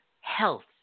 health